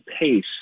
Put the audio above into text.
pace